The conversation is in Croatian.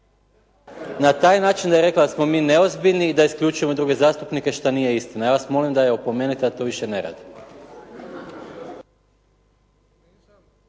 na taj način je rekla da smo mi neozbiljni i da isključujemo druge zastupnike što nije istina. Ja vas molim da je opomenete da to više ne radi.